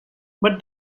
but